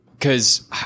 cause